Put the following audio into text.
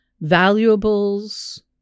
valuables